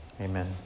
Amen